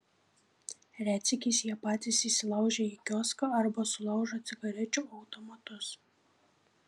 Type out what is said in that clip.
retsykiais jie patys įsilaužia į kioską arba sulaužo cigarečių automatus